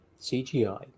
cgi